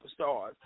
superstars